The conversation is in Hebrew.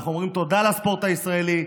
אנחנו אומרים תודה לספורט הישראלי,